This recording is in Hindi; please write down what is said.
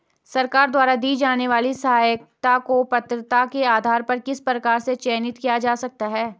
सरकार द्वारा दी जाने वाली सहायता को पात्रता के आधार पर किस प्रकार से चयनित किया जा सकता है?